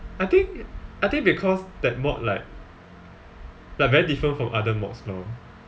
I think I think because that mod like like very different from other mods you know